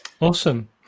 Awesome